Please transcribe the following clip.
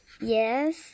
Yes